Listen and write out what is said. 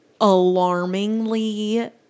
alarmingly